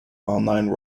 online